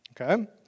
okay